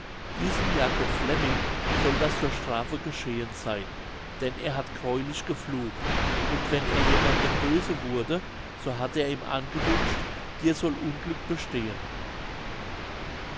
diesem jacob flemming soll das zur strafe geschehen seyn denn er hat greulich geflucht und wenn er jemandem böse wurde so hat er ihm angewünscht dir soll unglück bestehen